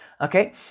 Okay